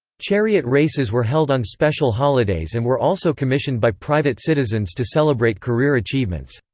chariot races were held on special holidays and were also commissioned by private citizens to celebrate career achievements.